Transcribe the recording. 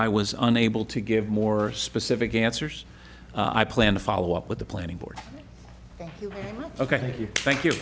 i was unable to give more specific answers i plan to follow up with the planning board ok thank you